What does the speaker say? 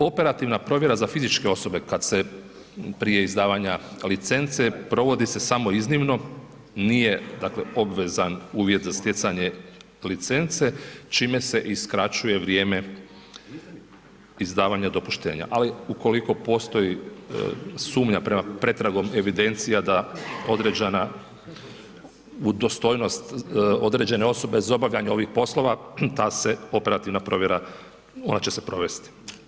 Operativna provjera za fizičke osobe kad se prije izdavanja licence provodi se samo iznimno, nije dakle obvezan uvjet za sjecanje licence čime se i skraćuje vrijeme izdavanja dopuštenja, ali ukoliko postoji sumnja prema, pretragom evidencija da određena udostojnost određene osobe za obavljanje ovih poslova ta se operativna provjera ona će se provesti.